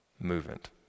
movement